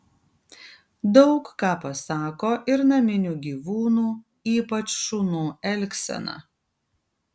daug ką pasako ir naminių gyvūnų ypač šunų elgsena